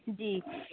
जी